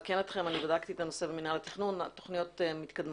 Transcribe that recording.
בדקתי את הנושא במינהל התכנון והתוכניות מתקדמות.